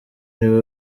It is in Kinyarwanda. niwe